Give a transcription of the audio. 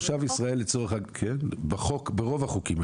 ברוב החוקים.